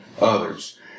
others